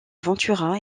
ventura